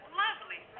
lovely